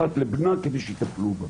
אחת לבנה כדי שיטפלו בה.